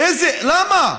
למה?